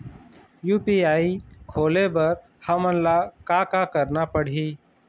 UPI खोले बर हमन ला का का करना पड़ही?